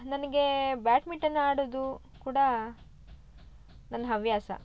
ನನಗೆ ಬ್ಯಾಟ್ಮಿಟನ್ ಆಡೋದು ಕೂಡಾ ನನ್ನ ಹವ್ಯಾಸ